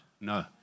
No